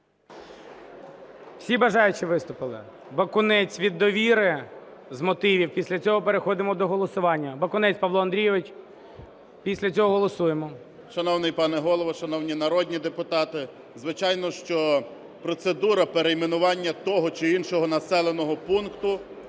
Всі бажаючі виступили? Бакунець від "Довіри", з мотивів. Після цього переходимо до голосування. Бакунець Павло Андрійович. Після цього голосуємо. 10:12:34 БАКУНЕЦЬ П.А. Шановний пане Голово, шановні народні депутати! Звичайно, що процедура перейменування того чи іншого населеного пункту